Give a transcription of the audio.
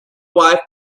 wife